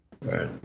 right